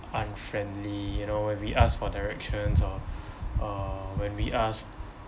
unfriendly you know when we asked for directions or uh when we asked